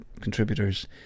contributors